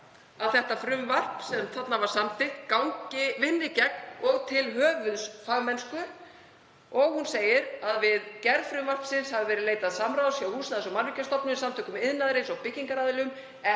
að það frumvarp sem þarna var samþykkt vinni gegn og sé til höfuðs fagmennsku. Hún segir að við gerð frumvarpsins hafði verið leitað samráðs hjá Húsnæðis- og mannvirkjastofnun, Samtökum iðnaðarins og byggingaraðilum